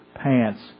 pants